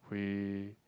we